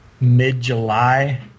mid-July